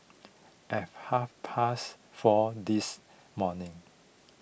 at half past four this morning